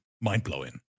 mind-blowing